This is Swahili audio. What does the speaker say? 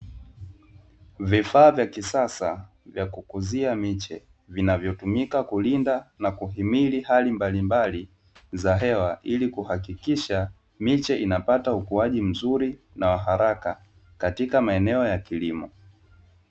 Vifaa vya kisasa vya kukuzia miche, vinavyotumika kulinda na kuhimili hali mbalimbali za hewa ili kuhakikisha miche inapata ukuaji mzuri na wa haraka katika maeneo ya kilimo.